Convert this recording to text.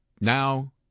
now